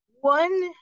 one